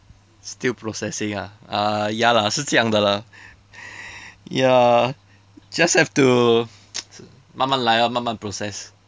still processing ah uh ya lah 是这样的 lah ya just have to 慢慢来咯慢慢 process